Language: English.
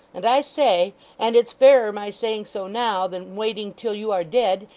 and i say and it's fairer my saying so now, than waiting till you are dead,